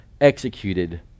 executed